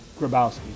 Grabowski